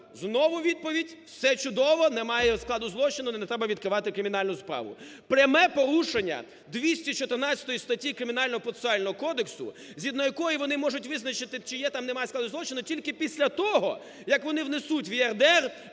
Знову відповідь: все чудово, немає складу злочину, не треба відкривати кримінальну справу. Пряме порушення 214 статті Кримінально-процесуального кодексу, згідно якої вони можуть визначити, чи є там, немає складу злочину тільки після того, як вони внесуть в ЄРДР,